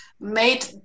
made